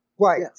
Right